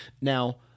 now